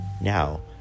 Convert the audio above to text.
Now